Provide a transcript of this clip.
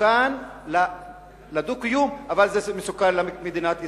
מסוכן לדו-קיום, אבל זה מסוכן למדינת ישראל.